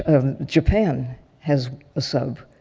um japan has a sub.